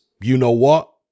you-know-what